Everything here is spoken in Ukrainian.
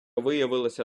виявилася